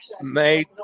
made